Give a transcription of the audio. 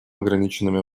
ограниченными